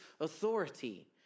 authority